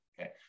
okay